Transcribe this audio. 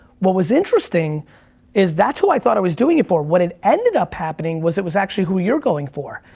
what was interesting is that's who i thought i was doing it for. what had ended up happening was it was actually who you're going for.